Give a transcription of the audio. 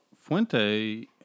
Fuente